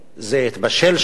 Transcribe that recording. זה התבשל שם,